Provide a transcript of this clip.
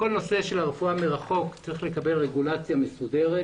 כל הנושא של הרפואה מרחוק צריך לקבל רגולציה מסודרת